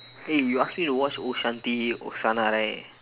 eh you ask me to watch ohm shanthi oshaana right